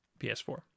ps4